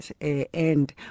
end